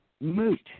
moot